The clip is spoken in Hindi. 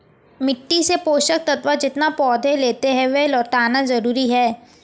मिट्टी से पोषक तत्व जितना पौधे लेते है, वह लौटाना जरूरी है